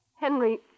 Henry